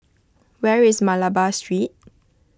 where is Malabar Street